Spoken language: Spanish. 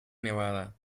nevada